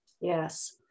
Yes